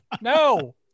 No